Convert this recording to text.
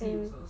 mm